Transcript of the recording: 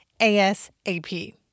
ASAP